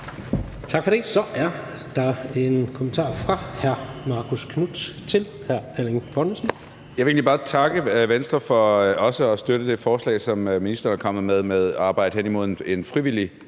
Tak for det. Så er der en kommentar fra hr. Marcus Knuth til hr. Erling Bonnesen. Kl. 15:31 Marcus Knuth (KF): Jeg vil egentlig bare takke Venstre for også at støtte det forslag, som ministeren er kommet med, om at arbejde hen imod en frivillig